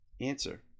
Answer